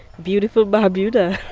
beautiful barbuda